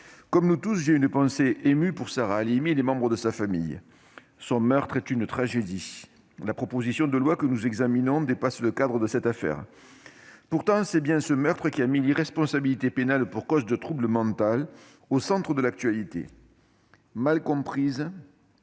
comme nous tous, j'ai une pensée émue pour Sarah Halimi et les membres de sa famille. Son meurtre est une tragédie. La proposition de loi que nous examinons dépasse le cadre de cette affaire : pourtant, c'est bien ce meurtre qui a mis l'irresponsabilité pénale pour cause de trouble mental au centre de l'actualité. Mal comprise,